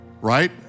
right